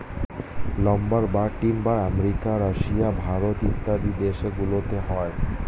lumber বা timber America, Russia, Bharat ইত্যাদি দেশ গুলোতে হয়